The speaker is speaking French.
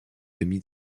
demi